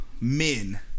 men